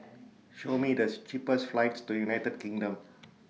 Show Me This cheapest flights to United Kingdom